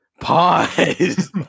pause